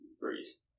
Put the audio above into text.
Breeze